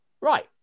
Right